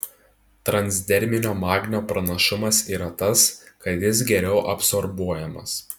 transderminio magnio pranašumas yra tas kad jis geriau absorbuojamas